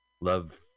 love